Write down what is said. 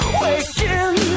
waking